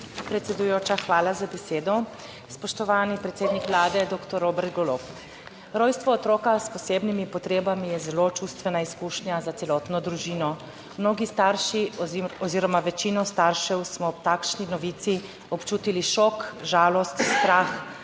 Predsedujoča, hvala za besedo. Spoštovani predsednik Vlade dr. Robert Golob! Rojstvo otroka s posebnimi potrebami je zelo čustvena izkušnja za celotno družino. Mnogi starši oziroma večina staršev smo ob takšni novici občutili šok, žalost, strah,